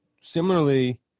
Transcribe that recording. similarly